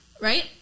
right